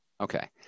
okay